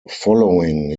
following